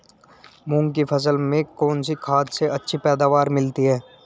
मूंग की फसल में कौनसी खाद से अच्छी पैदावार मिलती है?